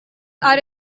are